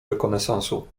rekonesansu